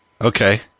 okay